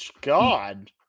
God